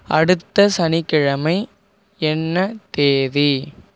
அடுத்த சனிக்கிழமை என்ன தேதி